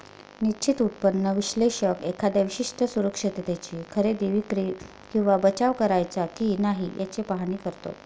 निश्चित उत्पन्न विश्लेषक एखाद्या विशिष्ट सुरक्षिततेची खरेदी, विक्री किंवा बचाव करायचा की नाही याचे पाहणी करतो